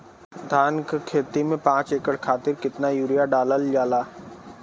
धान क खेती में पांच एकड़ खातिर कितना यूरिया डालल जाला?